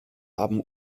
haben